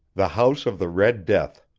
the house of the red death